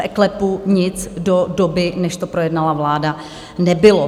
V eKLEPu nic do doby, než to projednala vláda, nebylo.